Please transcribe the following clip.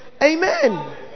Amen